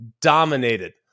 dominated